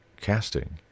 casting